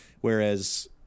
whereas